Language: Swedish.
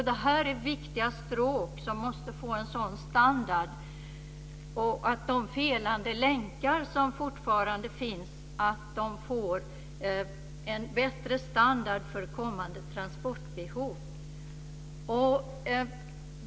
Det här är viktiga stråk där de felande länkar som fortfarande finns måste åtgärdas så att de får en bättre standard för kommande transportbehov.